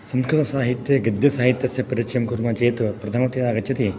संस्कृतसाहित्ये गद्यसाहित्यस्य परिचयं कुर्मः चेत् प्रथमतया आगच्छति